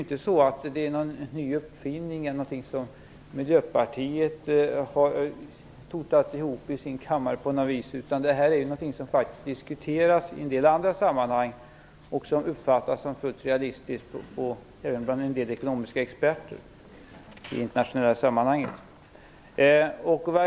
Detta är inte någon ny uppfinning eller något som Miljöpartiet på något vis har totat ihop i sin kammare. Detta är någonting som faktiskt disktueras i en del andra internationella sammanhang och som uppfattas som fullt realistiskt även bland en del ekonomiska experter.